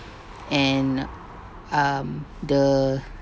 and uh um the